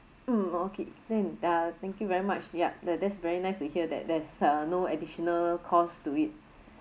mm okay thank ah thank you very much yup the that's very nice to hear that there's uh no additional cost to it